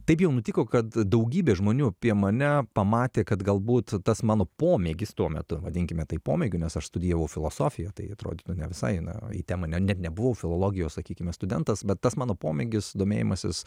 taip jau nutiko kad daugybė žmonių apie mane pamatė kad galbūt tas mano pomėgis tuo metu vadinkime tai pomėgiu nes aš studijavau filosofiją tai atrodytų na visai na į temą ne net nebuvau filologijos sakykime studentas bet tas mano pomėgis domėjimasis